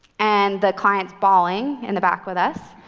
and the client's bawling in the back with us,